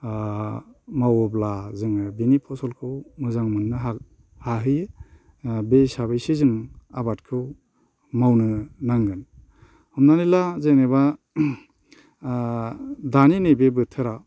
मावोब्ला जोङो बेनि फसलखौ मोजां मोननो हाहैयो बे हिसाबैसो जों आबादखौ मावनो नांगोन हमनानै ला जेनेबा दानि नैबे बोथोराव